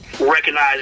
Recognize